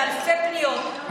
באלפי פניות,